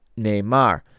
Neymar